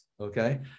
okay